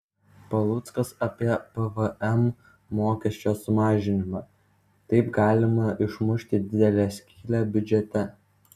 paluckas apie pvm mokesčio sumažinimą taip galima išmušti didelę skylę biudžete